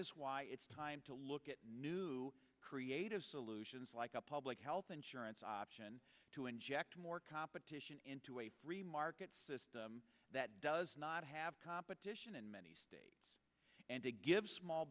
is why it's time to look at new creative solutions like a public health insurance option to inject more competition into a free market system that does not have competition in many states and to give small